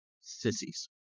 sissies